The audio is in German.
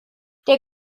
der